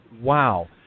Wow